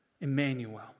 Emmanuel